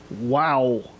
Wow